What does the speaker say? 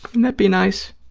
and that be nice?